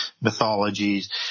mythologies